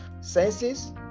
senses